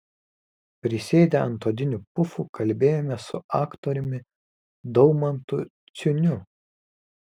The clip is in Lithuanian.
prisėdę ant odinių pufų kalbėjomės su aktoriumi daumantu ciuniu